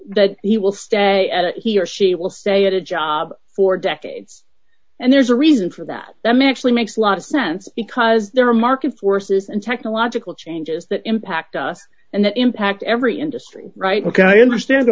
that he will stay he or she will stay at a job for decades and there's a reason for that that may actually makes a lot of sense because there are market forces and technological changes that impact us and that impact every industry right ok i understand